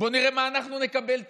בואו נראה מה אנחנו נקבל תכף.